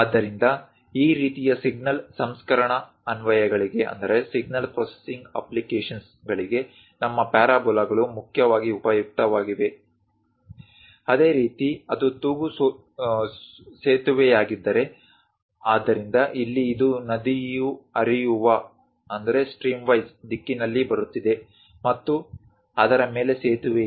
ಆದ್ದರಿಂದ ಈ ರೀತಿಯ ಸಿಗ್ನಲ್ ಸಂಸ್ಕರಣಾ ಅನ್ವಯಗಳಿಗೆ ನಮ್ಮ ಪ್ಯಾರಾಬೋಲಾಗಳು ಮುಖ್ಯವಾಗಿ ಉಪಯುಕ್ತವಾಗಿವೆ ಅದೇ ರೀತಿ ಅದು ತೂಗು ಸೇತುವೆಯಾಗಿದ್ದರೆ ಆದ್ದರಿಂದ ಇಲ್ಲಿ ಇದು ನದಿಯು ಹರಿಯುವ ದಿಕ್ಕಿನಲ್ಲಿ ಬರುತ್ತಿದೆ ಮತ್ತು ಅದರ ಮೇಲೆ ಸೇತುವೆ ಇದೆ